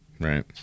right